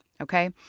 Okay